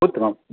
उत्तमम्